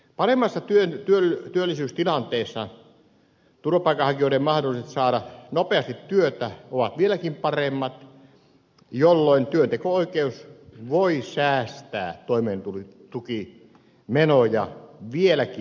paremmassa työllisyystilanteessa turvapaikanhakijoiden mahdollisuudet saada nopeasti työtä ovat vieläkin paremmat jolloin työnteko oikeus voi säästää toimeentulotukimenoja vieläkin enemmän